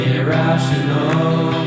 Irrational